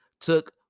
took